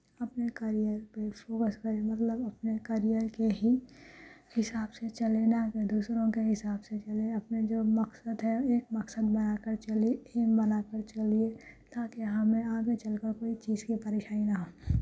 اپنے کیریئر پہ فوکس کریں مطلب اپنے کیریئر کے ہی حساب سے چلیں نہ کہ دوسروں کے حساب سے چلیں اپنے جو مقصد ہے ایک مقصد بنا کر چلیے ایم بنا کر چلیے تاکہ ہمیں آگے چل کر کوئی چیز کی پریشانی نہ ہو